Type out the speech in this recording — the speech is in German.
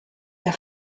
der